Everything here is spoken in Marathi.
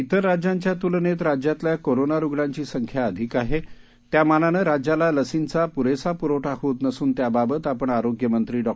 तिर राज्यांच्या तुलनेत राज्यातल्या कोरोना रुग्णांची संख्या अधिक आहे त्या मानाने राज्याला लसींचा पुरेसा पुरवठा होत नसून त्या बाबत आपण आरोग्य मंत्री डॉ